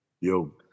Yo